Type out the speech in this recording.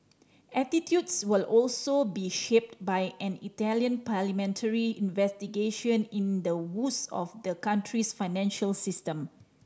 attitudes will also be shaped by an Italian parliamentary investigation into the woes of the country's financial system